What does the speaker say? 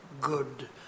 good